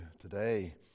today